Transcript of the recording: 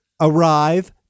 arrive